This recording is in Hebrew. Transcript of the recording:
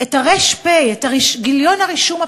את הר"פ, את גיליון הרישום הפלילי,